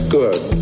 good